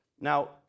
Now